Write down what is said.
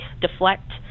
deflect